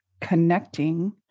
connecting